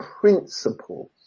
principles